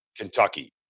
Kentucky